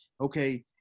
okay